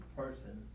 person